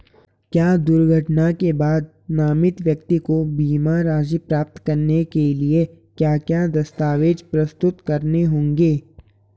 क्या दुर्घटना के बाद नामित व्यक्ति को बीमा राशि प्राप्त करने के लिए क्या क्या दस्तावेज़ प्रस्तुत करने होंगे?